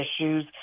issues